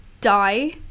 die